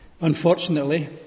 unfortunately